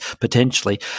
potentially